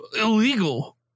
illegal